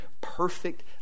perfect